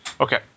Okay